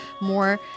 more